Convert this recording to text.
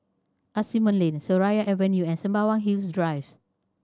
Asimont Lane Seraya Avenue and Sembawang Hills Drive